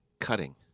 Cutting